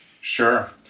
Sure